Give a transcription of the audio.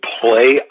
play